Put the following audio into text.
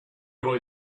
aurait